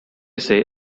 say